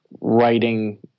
writing